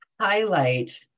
highlight